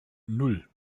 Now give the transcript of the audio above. nan